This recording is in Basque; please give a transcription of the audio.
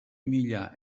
mila